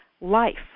life